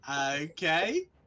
Okay